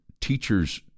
teachers